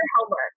homework